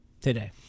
today